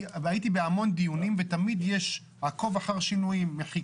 הייתי בדיון עצמו ותמיד יש עקוב אחר שינויים.